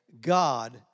God